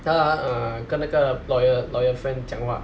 他 err 跟那个 lawyer lawyer friend 讲话